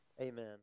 Amen